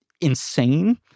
insane